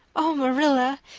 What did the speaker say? oh, marilla,